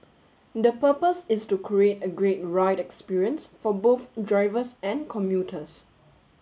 the purpose is to create a great ride experience for both drivers and commuters